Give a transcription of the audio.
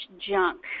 junk